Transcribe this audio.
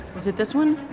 is it this one?